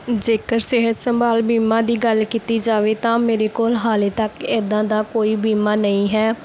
ਜੇਕਰ ਸਿਹਤ ਸੰਭਾਲ ਬੀਮਾ ਦੀ ਗੱਲ ਕੀਤੀ ਜਾਵੇ ਤਾਂ ਮੇਰੇ ਕੋਲ ਹਾਲੇ ਤੱਕ ਇੱਦਾਂ ਦਾ ਕੋਈ ਬੀਮਾ ਨਹੀਂ ਹੈ